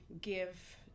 give